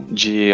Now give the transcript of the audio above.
de